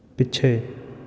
ਪਿੱਛੇ